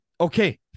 okay